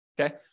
Okay